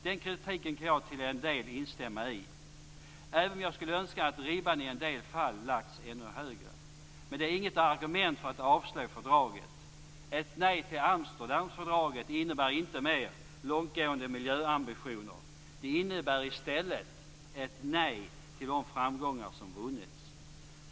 Den kritiken kan jag till en del instämma i. Även jag skulle önska att ribban i en del fall lagts ännu högre. Men det är ju inget argument för att avslå fördraget. Ett nej till Amsterdamfördraget innebär inte mer långtgående miljöambitioner - det innebär i stället ett nej till de framgångar som vunnits.